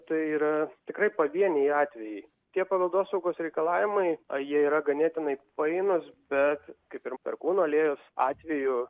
tai yra tikrai pavieniai atvejai tie paveldosaugos reikalavimai o jie yra ganėtinai painūs bet kaip ir perkūno alėjos atveju